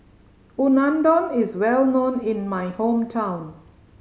unadon is well known in my hometown